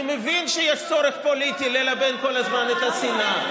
אני מבין שיש צורך פוליטי ללבות כל הזמן את השנאה,